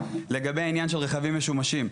לגבי הרכבים המשומשים.